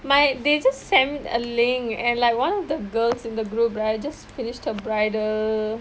my they just sent a link and like one of the girls in the group right just finished her bridal